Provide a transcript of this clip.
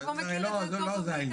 אתה כבר מכיר את זה טוב מאיתנו.